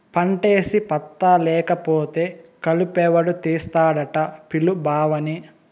పంటేసి పత్తా లేకపోతే కలుపెవడు తీస్తాడట పిలు బావని